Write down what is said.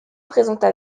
présenta